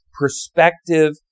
perspective